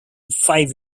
five